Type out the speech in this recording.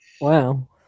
Wow